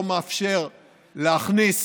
לא מאפשר להכניס